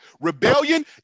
rebellion